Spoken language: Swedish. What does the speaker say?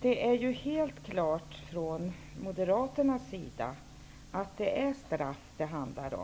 det är helt klart att det från moderaternas sida handlar om straff.